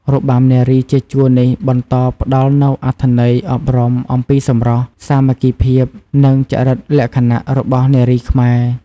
របាំនារីជាជួរនេះបន្តផ្តល់នូវអត្ថន័យអប់រំអំពីសម្រស់ សាមគ្គីភាព និងចរិតលក្ខណៈរបស់នារីខ្មែរ។